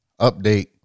Update